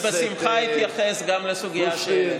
אני בשמחה אתייחס גם לסוגיה השנייה.